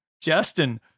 Justin